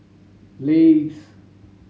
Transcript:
Lays